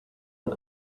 ein